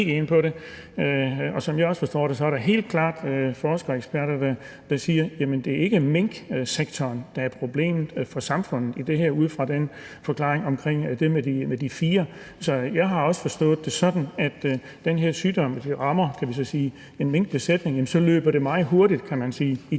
Som jeg også forstår det, er der helt klart forskere og eksperter, der siger, at det ikke er minksektoren, der er problemet for samfundet i det her, ud fra den afklaring om det med de fire. Så jeg har også forstået det sådan, at hvis den her sygdom rammer en minkbesætning, løber det meget hurtigt, kan man sige, igennem